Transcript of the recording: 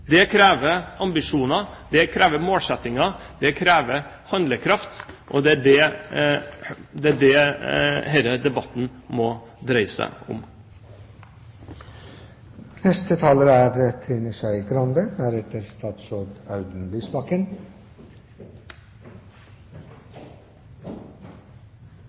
Det krever ambisjoner, det krever målsettinger, det krever handlekraft. Det er det denne debatten må dreie seg om. Intensjonen bak Venstres forslag er